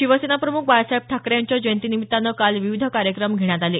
शिवसेनाप्रमुख बाळासाहेब ठाकरे यांच्या जयंतीनिमित्तानं काल विविध कार्यक्रम घेण्यात आले